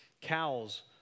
Cows